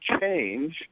change –